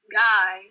guy